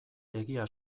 egia